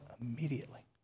immediately